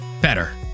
better